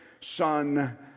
Son